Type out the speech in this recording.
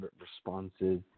responses